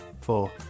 Four